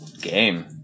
game